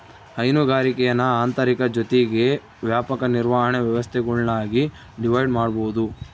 ಹೈನುಗಾರಿಕೇನ ಆಂತರಿಕ ಜೊತಿಗೆ ವ್ಯಾಪಕ ನಿರ್ವಹಣೆ ವ್ಯವಸ್ಥೆಗುಳ್ನಾಗಿ ಡಿವೈಡ್ ಮಾಡ್ಬೋದು